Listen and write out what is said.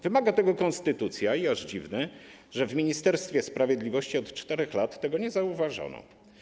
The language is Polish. Wymaga tego konstytucja i aż dziwne, że w Ministerstwie Sprawiedliwości od 4 lat tego nie zauważono.